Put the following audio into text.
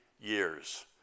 years